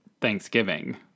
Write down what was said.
Thanksgiving